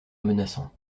menaçant